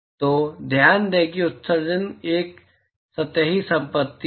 तो ध्यान दें कि उत्सर्जन एक सतही संपत्ति है